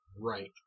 right